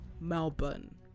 Melbourne